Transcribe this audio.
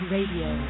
Radio